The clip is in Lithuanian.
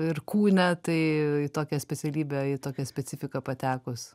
ir kūne tai į tokią specialybę į tokią specifiką patekus